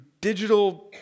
digital